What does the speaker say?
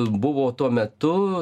buvo tuo metu